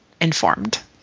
informed